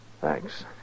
Thanks